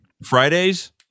Fridays